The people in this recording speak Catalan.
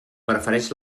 prefereix